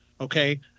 okay